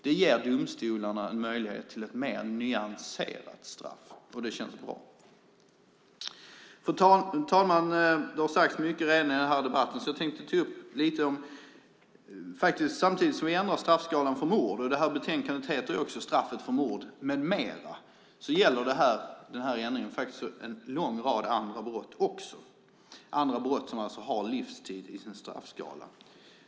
Det ger domstolarna en möjlighet till ett mer nyanserat straff, och det känns bra. Fru talman! Det har redan sagts mycket i den här debatten. Jag tänkte därför ta upp en annan sak. Samtidigt som vi ändrar straffskalan för mord, och det här betänkandet heter Straffet för mord m.m. , gäller denna ändring för en lång rad andra brott för vilka det finns livstids fängelse i straffskalan.